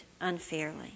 unfairly